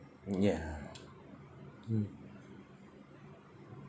mm ya mm